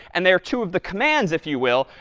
and they are two of the commands, if you will,